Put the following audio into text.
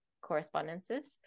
correspondences